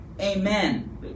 amen